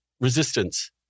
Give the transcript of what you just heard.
resistance